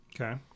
Okay